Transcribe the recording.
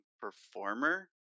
performer